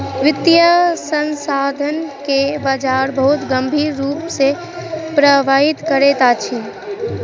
वित्तीय संस्थान के बजार बहुत गंभीर रूप सॅ प्रभावित करैत अछि